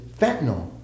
Fentanyl